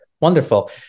Wonderful